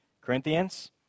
Corinthians